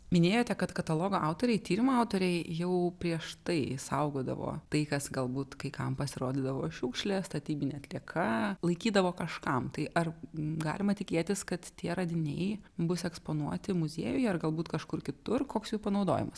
minėjote kad katalogo autoriai tyrimo autoriai jau prieš tai išsaugodavo tai kas galbūt kai kam pasirodydavo šiukšlė statybinė atlieka laikydavo kažkam tai ar galima tikėtis kad tie radiniai bus eksponuoti muziejuje ar galbūt kažkur kitur koks jų panaudojimas